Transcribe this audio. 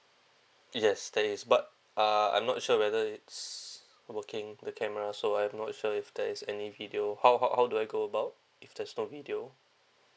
yes that is but uh I'm not sure whether is working the camera so I'm not sure if there's any video how how how do I go about if there's no video